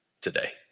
today